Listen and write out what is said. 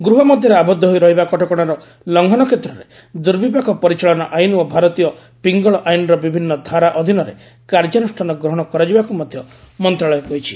ଗୃହ ମଧ୍ୟରେ ଆବଦ୍ଧ ହୋଇ ରହିବା କଟକଣାର ଲଙ୍ଘନ କ୍ଷେତ୍ରରେ ଦୁର୍ବିପାକ ପରିଚାଳନା ଆଇନ୍ ଓ ଭାରତୀୟ ପିଙ୍ଗଳ ଆଇନ୍ର ବିଭିନ୍ନ ଧାରା ଅଧୀନରେ କାର୍ଯ୍ୟାନୁଷ୍ଠାନ ଗ୍ରହଣ କରାଯିବାକୁ ମଧ୍ୟ ମନ୍ତ୍ରଣାଳୟ କହିଛି